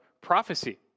prophecy